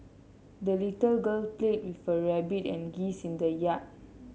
the little girl played with her rabbit and geese in the yard